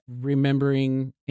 Remembering